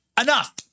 enough